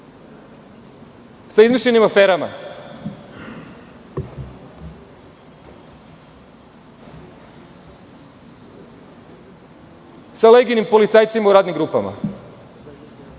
Sa izmišljenim aferama, sa Legijinim policajcima u radnim grupama,